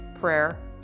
prayer